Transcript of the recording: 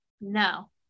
no